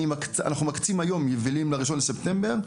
אנחנו מקצים היום יבילים ל-1 לספטמבר,